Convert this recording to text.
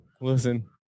Listen